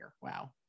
Wow